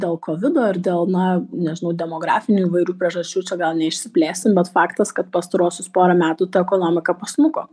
dėl kovido ir dėl na nežinau demografinių įvairių priežasčių čia gal neišsiplėsim bet faktas kad pastaruosius porą metų ta ekonomika pasmuko